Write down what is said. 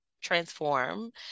transform